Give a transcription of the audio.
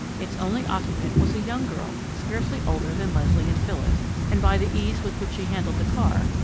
its only occupant was a young girl scarcely older than leslie and phyllis, and by the ease with which she handled the car,